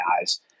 eyes